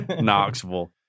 Knoxville